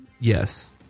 Yes